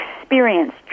experience